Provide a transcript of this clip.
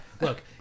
Look